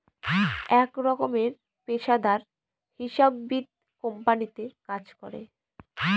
এক রকমের পেশাদার হিসাববিদ কোম্পানিতে কাজ করে